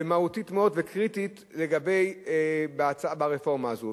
מהותית מאוד וקריטית, ברפורמה הזו.